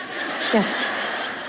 Yes